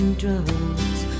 drugs